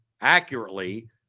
accurately